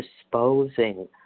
disposing